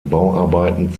bauarbeiten